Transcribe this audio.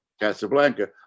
Casablanca